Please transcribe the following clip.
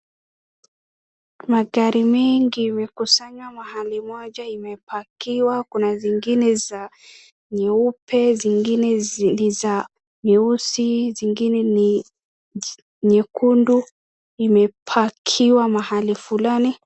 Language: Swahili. Magari mengi imekusanywa mahali moja imepakiwa kuna zingine za nyeupe, zingine za nyeusi, zingine ni nyekundu imepakiwa mahali fulani